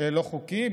לא חוקי.